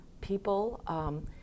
people